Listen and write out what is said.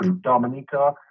Dominica